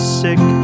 sick